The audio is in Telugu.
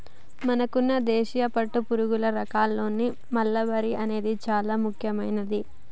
మనకున్న దేశీయ పట్టుపురుగుల రకాల్లో మల్బరీ అనేది చానా ముఖ్యమైనది